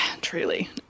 truly